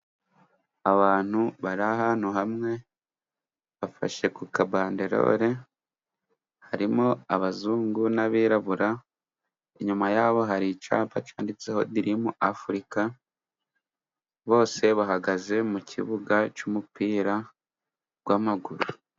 Abantu bari ahantu hamwe bafashe ku kabandarore, harimo abazungu n'abirabura, inyuma yabo hari icyapa cyansitseho dirimu Afurika. Bose bahagaze mu kibuga cy'umupira w'amaguru.